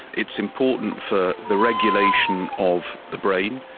it's important for the regulation of the brain.